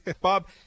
Bob